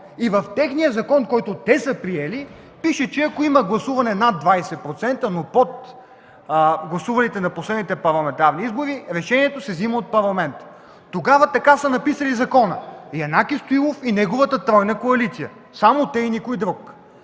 И в техния закон, който те са приели, пише, че ако има гласуване над 20%, но под гласувалите на последните парламентарни избори, решението се взема от Парламента. Тогава така са написали закона – Янаки Стоилов и неговата тройна коалиция, само те и никой друг!